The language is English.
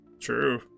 True